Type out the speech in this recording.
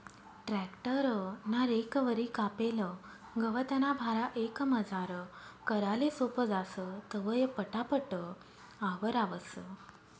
tractor ना recovery कापेल गवतना भारा एकमजार कराले सोपं जास, तवंय पटापट आवरावंस